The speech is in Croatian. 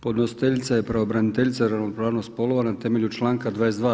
Podnositeljica je pravobraniteljica za ravnopravnost spolova na temelju čl. 22.